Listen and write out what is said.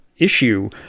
Issue